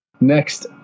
Next